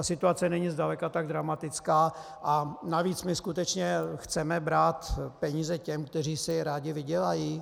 Situace není zdaleka tak dramatická, a navíc my skutečně chceme brát peníze těm, kteří si je rádi vydělají?